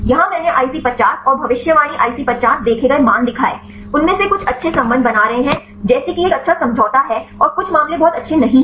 यहाँ मैंने IC50 और भविष्यवाणी IC50 देखे गए मान दिखाए उनमें से कुछ अच्छे संबंध बना रहे हैं जैसे कि यह एक अच्छा समझौता है और कुछ मामले बहुत अच्छे नहीं हैं